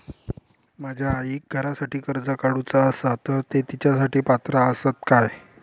माझ्या आईक घरासाठी कर्ज काढूचा असा तर ती तेच्यासाठी पात्र असात काय?